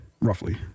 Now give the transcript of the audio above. roughly